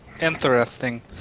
interesting